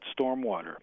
stormwater